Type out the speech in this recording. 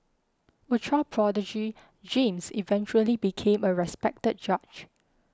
a child prodigy James eventually became a respected judge